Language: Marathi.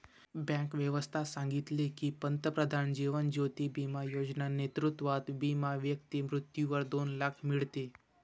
बँक व्यवस्था सांगितले की, पंतप्रधान जीवन ज्योती बिमा योजना नेतृत्वात विमा व्यक्ती मृत्यूवर दोन लाख मीडते